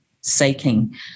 seeking